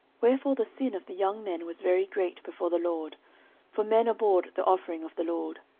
wherefore the sin of the young men was very great before the lord for men abhorred the offering of the lord.